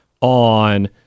on